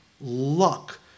luck